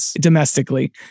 domestically